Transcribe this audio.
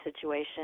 situation